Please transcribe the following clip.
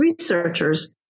researchers